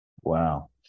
Wow